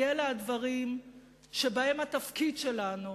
כי אלה הדברים שבהם התפקיד שלנו